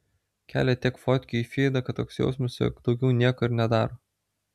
kelia tiek fotkių į fydą kad toks jausmas jog daugiau nieko ir nedaro